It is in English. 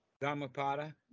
Dhammapada